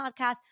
podcast